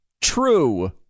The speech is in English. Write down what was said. True